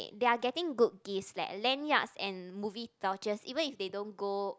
they are getting good gifts leh lanyards and movie vouchers even if they don't go